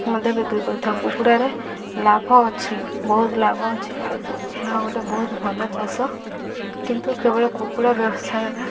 ମଧ୍ୟ ବିକ୍ରି କରିଥାଉ କୁକୁଡ଼ାରେ ଲାଭ ଅଛି ବହୁତ ଲାଭ ଅଛି ଏହା ଗୋଟେ ବହୁତ ଭଲ ଚାଷ କିନ୍ତୁ କେବଳ କୁକୁଡ଼ା ବ୍ୟବସାୟରେ